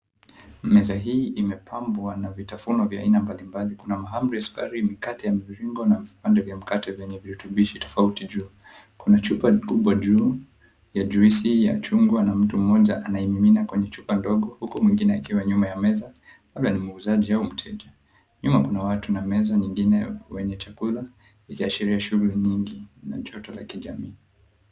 Meza hii imepambwa na vitafunwa vya aina mbalimbali. Kuna mahamri ya sukari, mikate ya mviringo na vipande vya mkate zenye virutubishi tofauti juu. Kuna chupa kubwa juu ya juisi ya chungwa na mtu mmoja anaimimina kwenye chupa ndogo, huku mwingine akiwa nyuma ya meza, labda ni muuzaji au mteja. Nyuma kuna watu na meza nyingine wenye chakula, ikiashiria shughuli nyingi na joto la kijamii.